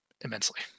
immensely